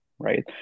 right